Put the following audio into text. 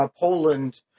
Poland